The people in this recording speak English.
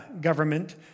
government